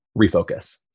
refocus